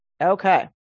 Okay